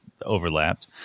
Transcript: overlapped